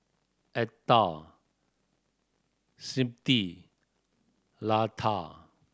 Atal Smriti Lata